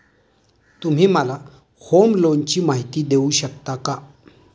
तुम्ही मला होम लोनची माहिती देऊ शकता का?